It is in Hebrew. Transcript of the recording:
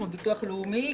כמו ביטוח לאומי,